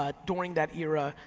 ah during that era,